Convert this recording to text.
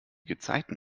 gezeiten